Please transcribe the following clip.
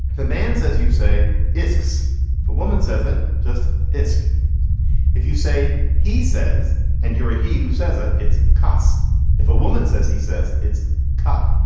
the man says you say ifc's for woman says it just esqe if you say he says and you're ahi who says it. it's cos if a woman says he says it's car.